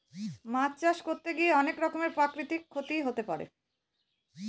মাছ চাষ করতে গিয়ে অনেক রকমের প্রাকৃতিক ক্ষতি হতে পারে